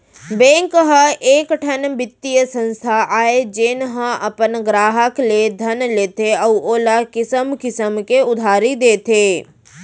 bank ह एकठन बित्तीय संस्था आय जेन ह अपन गराहक ले धन लेथे अउ ओला किसम किसम के उधारी देथे